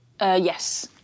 yes